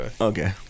Okay